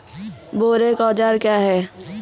बोरेक औजार क्या हैं?